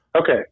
Okay